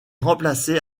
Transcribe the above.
remplacé